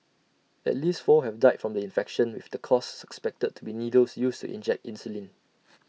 at least four have died from the infection with the cause suspected to be needles used to inject insulin